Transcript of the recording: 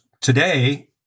today